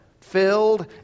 filled